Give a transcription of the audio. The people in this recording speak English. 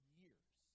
years